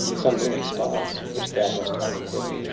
sun, moon, and stars, which thou hast hung in heaven,